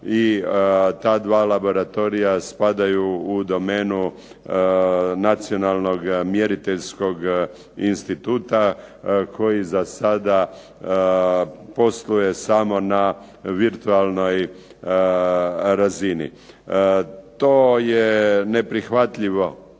i ta dva laboratorija spadaju u domenu nacionalnog mjeriteljskog instituta, koji za sada posluje samo na virtualnoj razini. To je neprihvatljivo